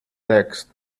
text